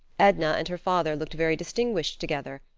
edna and her father looked very distinguished together,